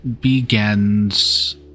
begins